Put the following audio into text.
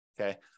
okay